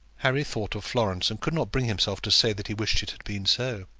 harry thought of florence, and could not bring himself to say that he wished it had been so.